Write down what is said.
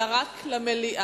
אלא רק למליאה.